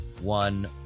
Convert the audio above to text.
one